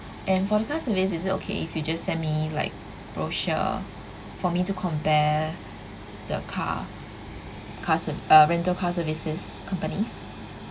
and for the car service is it okay if you just send me like brochure for me to compare the car car ser~ uh rental car services companies